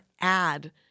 add